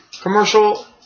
commercial